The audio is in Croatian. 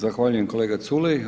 Zahvaljujem kolega Culej.